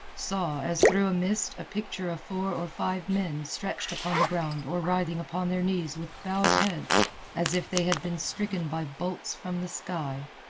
saw, as through a mist, a picture of four or five men stretched upon the ground or writhing upon their knees with bowed heads as if they had been stricken by bolts from the sky.